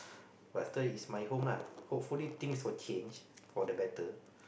but after is my home ah hopefully things will change for the better